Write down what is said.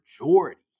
majority